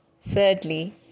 thirdly